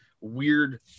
weird